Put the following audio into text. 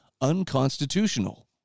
unconstitutional